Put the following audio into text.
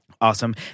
Awesome